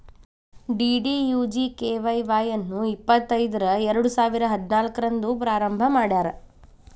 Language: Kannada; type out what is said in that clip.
ಡಿ.ಡಿ.ಯು.ಜಿ.ಕೆ.ವೈ ವಾಯ್ ಅನ್ನು ಇಪ್ಪತೈದರ ಎರಡುಸಾವಿರ ಹದಿನಾಲ್ಕು ರಂದ್ ಪ್ರಾರಂಭ ಮಾಡ್ಯಾರ್